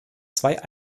zwei